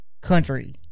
country